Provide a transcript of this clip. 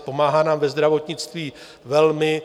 Pomáhá nám ve zdravotnictví velmi.